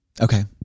Okay